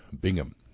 Bingham